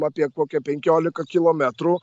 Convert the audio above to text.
apie kokia penkiolika kilometrų